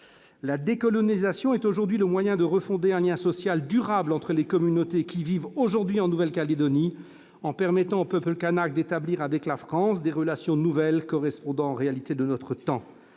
La décolonisation est aujourd'hui le moyen de refonder un lien social durable entre les communautés qui vivent en Nouvelle-Calédonie, en permettant au peuple kanak d'établir avec la France des relations nouvelles correspondant aux réalités de notre temps.